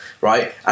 right